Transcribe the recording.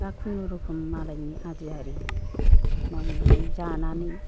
दा खुनुरखम मालायनि आदि आरि मावनानै जानानै